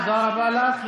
תודה רבה לך.